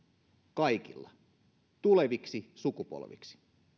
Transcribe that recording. kaikilla tulevilla sukupolvilla